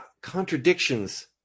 contradictions